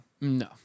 No